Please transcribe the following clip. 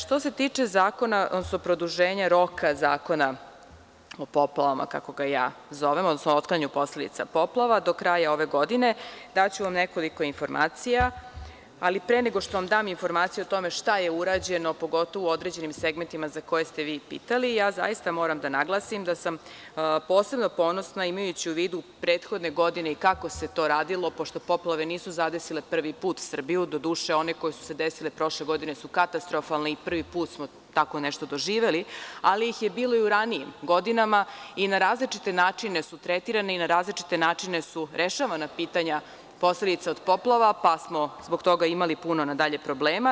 Što se tiče zakona, odnosno produženja roka zakona o poplavama kako ja zovem, odnosno o otklanjanju posledica poplava, do kraja ove godine daću vam nekoliko informacija, ali pre nego što vam dam informaciju o tome šta je urađeno pogotovo u određenim segmentima za koje ste vi pitali, zaista moram da naglasim da sam posebno ponosna imajući u vidu prethodne godine i kako se to radilo, pošto poplave nisu zadesile prvi put Srbiju, doduše one koje su se desile prošle godine su katastrofalne i prvi put smo tako nešto doživeli, ali ih je bilo i u ranijim godinama i na različite načine su tretirane i na različite načine su rešavana pitanja posledica od poplava pa smo zbog toga imali puno problema.